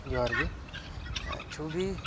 ᱡᱚᱦᱟᱨ ᱜᱮ ᱪᱷᱚᱵᱤ